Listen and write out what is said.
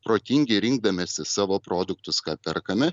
protingi rinkdamiesi savo produktus ką perkame